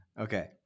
okay